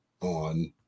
on